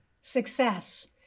success